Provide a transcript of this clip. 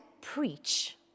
preach